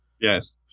Yes